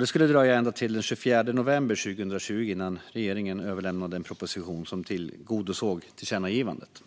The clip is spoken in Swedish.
Det skulle dröja ända till 24 november 2020 innan regeringen överlämnade en proposition som tillgodosåg tillkännagivandet.